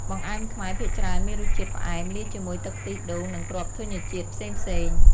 បង្អែមខ្មែរភាគច្រើនមានរសជាតិផ្អែម លាយជាមួយទឹកខ្ទិះដូង និងគ្រាប់ធញ្ញជាតិផ្សេងៗ ។